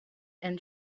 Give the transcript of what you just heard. and